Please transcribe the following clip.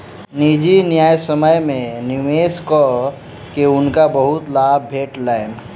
निजी न्यायसम्य में निवेश कअ के हुनका बहुत लाभ भेटलैन